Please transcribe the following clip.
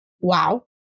wow